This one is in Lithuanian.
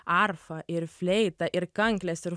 arfa ir fleita ir kanklės ir